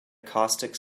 caustic